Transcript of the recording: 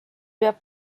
peab